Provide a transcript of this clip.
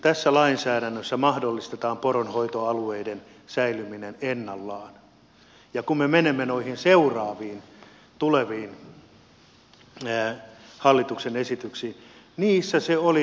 tässä lainsäädännössä mahdollistetaan poronhoitoalueiden säilyminen ennallaan ja kun me menemme noihin seuraaviin tuleviin hallituksen esityksiin niissä se oli täysin mahdotonta